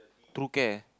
two care